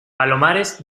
palomares